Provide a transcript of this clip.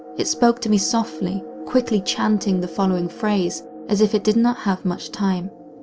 it spoke to me softly, quickly chanting the following phrase, as if it did not have much time.